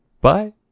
bye